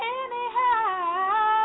anyhow